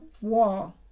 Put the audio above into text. wall